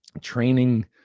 training